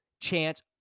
chance